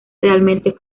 realmente